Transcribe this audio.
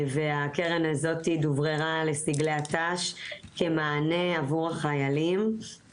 הקרן הזאת דובררה לסגלי הת"ש כמענה עבור החיילים.